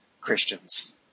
Christians